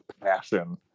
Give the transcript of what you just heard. passion